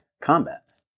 combat